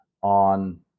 on